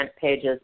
pages